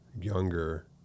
younger